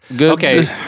Okay